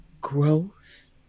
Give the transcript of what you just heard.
growth